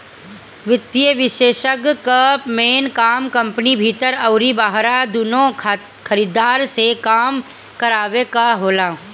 वित्तीय विषेशज्ञ कअ मेन काम कंपनी भीतर अउरी बहरा दूनो खरीदार से काम करावे कअ होला